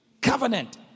Covenant